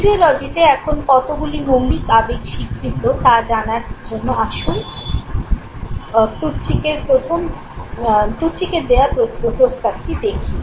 ফিজিওলজিতে এখন কতগুলি মৌলিক আবেগ স্বীকৃত তা জানার জন্য আসুন প্রথমে প্লুটচিকের দেওয়া প্রস্তাবটি দেখি